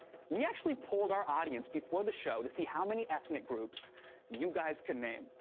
we actually polled our audience before the show to see how many ethnic groups you guys can name.